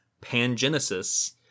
Pangenesis